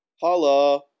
Hello